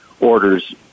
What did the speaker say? orders